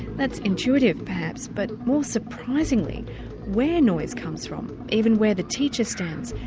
that's intuitive perhaps but more surprisingly where noise comes from, even where the teacher stands,